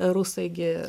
rusai gi